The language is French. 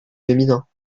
féminins